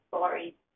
sorry